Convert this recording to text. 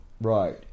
Right